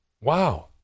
Wow